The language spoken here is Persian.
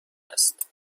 است